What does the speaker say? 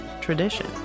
tradition